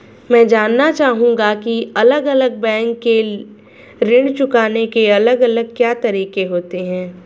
मैं जानना चाहूंगा की अलग अलग बैंक के ऋण चुकाने के अलग अलग क्या तरीके होते हैं?